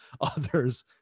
others